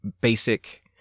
basic